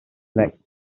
next